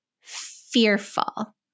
fearful